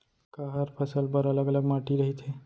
का हर फसल बर अलग अलग माटी रहिथे?